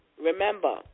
Remember